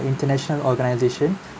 international organisation